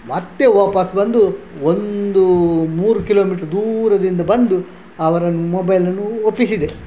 ಮತ್ತೆ ವಾಪಸ್ಸು ಬಂದು ಒಂದು ಮೂರು ಕಿಲೋಮೀಟರ್ ದೂರದಿಂದ ಬಂದು ಅವರನ್ನ ಮೊಬೈಲನ್ನು ಒಪ್ಪಿಸಿದೆ